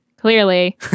Clearly